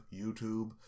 YouTube